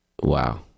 Wow